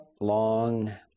long